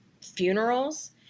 funerals